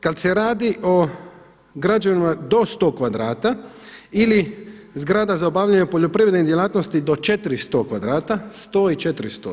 Kad se radi o građevinama do 100 kvadrata ili zgrada za obavljanje poljoprivredne djelatnosti do 400 kvadrata, 100 i 400.